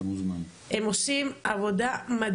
הם עושים עבודה,